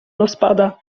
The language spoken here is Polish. rozpada